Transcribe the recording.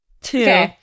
Two